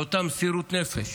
זו אותה מסירות נפש,